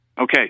okay